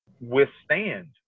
withstand